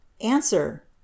Answer